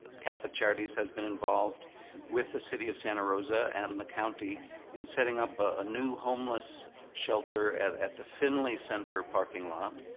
catholic charities has been involved with the city of santa rosa and the county in setting up a new homeless shelter at at the finley center parking lot.